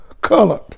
colored